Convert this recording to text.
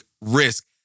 risk